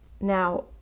Now